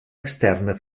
externa